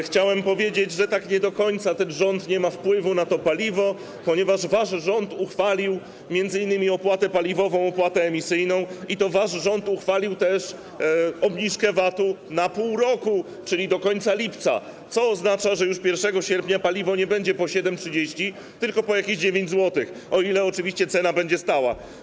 Chciałem powiedzieć, że nie do końca ten rząd nie ma wpływu na paliwo, ponieważ wasz rząd uchwalił m.in. opłatę paliwową, opłatę emisyjną i to wasz rząd uchwalił też obniżkę VAT-u na pół roku, czyli do końca lipca, co oznacza, że już 1 sierpnia paliwo nie będzie po 7,30, tylko po jakieś 9 zł, o ile oczywiście cena będzie stała.